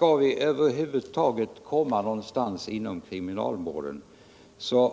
Om vi över huvud taget skall komma någonstans inom kriminalvården,